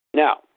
Now